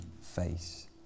face